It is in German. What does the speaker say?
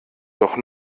doch